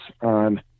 on